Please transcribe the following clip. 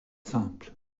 simple